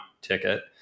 ticket